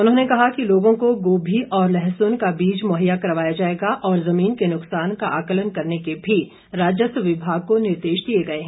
उन्होंने कहा कि लोगों को गोभी और लहसुन का बीज मुहैया करवाया जाएगा और जमीन के नुकसान का आकलन करने के भी राजस्व विभाग को निर्देश दिए गए हैं